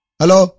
hello